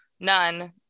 none